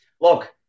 look